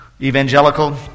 evangelical